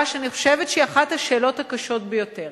שאני חושבת שהיא אחת השאלות הקשות ביותר: